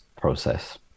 process